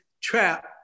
trap